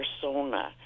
persona